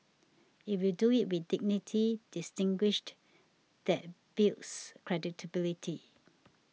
if you do it with dignity distinguished that builds credibility